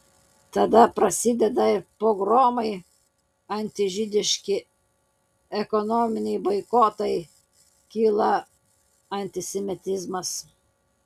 tada prasideda ir pogromai antižydiški ekonominiai boikotai kyla antisemitizmas